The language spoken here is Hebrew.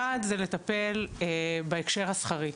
אחד זה לטפל בהקשר השכרי.